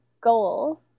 goal